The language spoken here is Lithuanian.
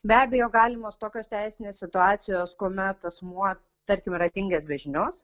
be abejo galimos tokios teisinės situacijos kuomet asmuo tarkim yra dingęs be žinios